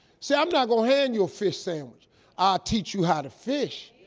see, i'm not gonna hand you a fish sandwich. i'll teach you how to fish.